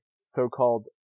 so-called